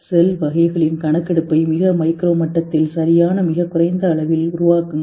செல் வகைகளின் கணக்கெடுப்பை மிக மைக்ரோ மட்டத்தில் சரியான மிகக் குறைந்த அளவில் உருவாக்குங்கள்